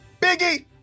Biggie